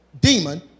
demon